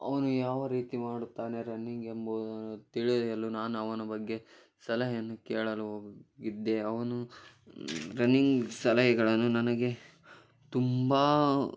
ಅವನು ಯಾವ ರೀತಿ ಮಾಡುತ್ತಾನೆ ರನ್ನಿಂಗ್ ಎಂಬುವುದನ್ನು ತಿಳಿಯಲು ನಾನು ಅವನ ಬಗ್ಗೆ ಸಲಹೆಯನ್ನು ಕೇಳಲು ಹೋಗುತ್ತಿದ್ದೆ ಅವನು ರನ್ನಿಂಗ್ ಸಲಹೆಗಳನ್ನು ನನಗೆ ತುಂಬ